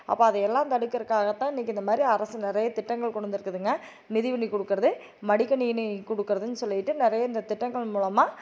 அப்போ அது எல்லாம் தடுக்கிறதுக்காகத்தான் இன்னைக்கு இந்தமாதிரி அரசு நிறைய திட்டங்கள் கொண்டு வந்திருக்குதுங்க மிதி வண்டி கொடுக்கறது மடிக்கணினி கொடுக்கறதுன்னு சொல்லிட்டு நிறைய இந்த திட்டங்கள் மூலமாக